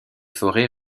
forêts